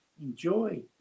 enjoy